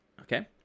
okay